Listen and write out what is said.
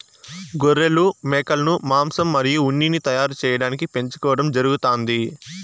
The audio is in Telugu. గొర్రెలు, మేకలను మాంసం మరియు ఉన్నిని తయారు చేయటానికి పెంచుకోవడం జరుగుతాంది